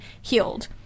healed